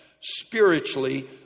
spiritually